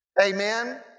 Amen